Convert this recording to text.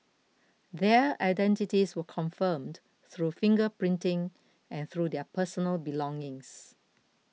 their identities were confirmed through finger printing and through their personal belongings